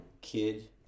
kid